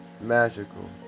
magical